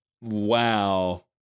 Wow